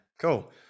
Cool